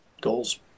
goals